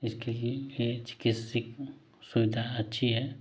इसके लिए ए चिकित्सक सुविधा अच्छी है